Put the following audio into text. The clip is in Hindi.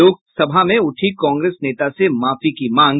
लोकसभा में उठी कांग्रेस नेता से माफी की मांग